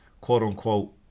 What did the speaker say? quote-unquote